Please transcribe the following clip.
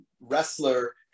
wrestler